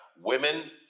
Women